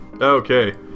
Okay